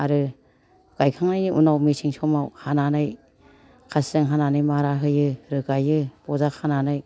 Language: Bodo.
आरो गायखांनायनि उनाव मेसें समाव हानानै खासिजों हानानै मारा होयो रोगायो बजा खानानै